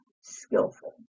skillful